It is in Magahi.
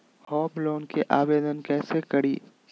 होम लोन के आवेदन कैसे करि?